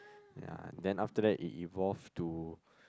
yea then after that it evolved to